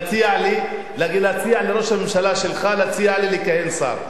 להציע לראש הממשלה שלך להציע לי לכהן כשר,